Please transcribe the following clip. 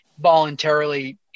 voluntarily